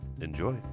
Enjoy